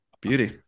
beauty